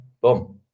boom